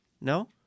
No